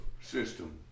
system